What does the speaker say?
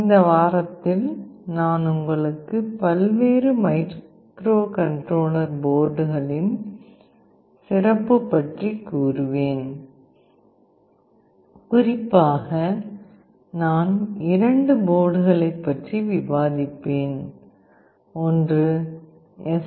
இந்த வாரத்தில் நான் உங்களுக்கு பல்வேறு மைக்ரோகண்ட்ரோலர் போர்டுகளின் சிறப்பு பற்றி கூறுவேன் குறிப்பாக நான் இரண்டு போர்டுகளைப் பற்றி விவாதிப்பேன் ஒன்று எஸ்